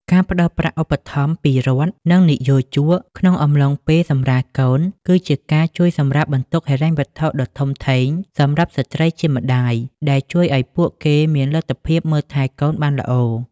ការផ្តល់ប្រាក់ឧបត្ថម្ភពីរដ្ឋ និងនិយោជកក្នុងអំឡុងពេលសម្រាលកូន គឺជាការជួយសម្រាលបន្ទុកហិរញ្ញវត្ថុដ៏ធំធេងសម្រាប់ស្ត្រីជាម្តាយ ដែលជួយឱ្យពួកគេមានលទ្ធភាពមើលថែទាំកូនបានល្អ។